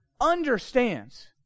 understands